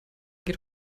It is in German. geht